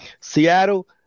Seattle